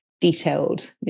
Detailed